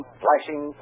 flashing